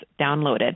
downloaded